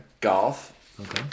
golf